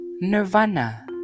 Nirvana